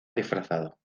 disfrazado